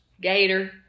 Gator